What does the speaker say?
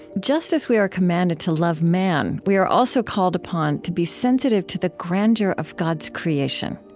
just as we are commanded to love man, we are also called upon to be sensitive to the grandeur of god's creation.